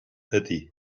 ydy